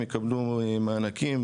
הם יקבלו מענקים,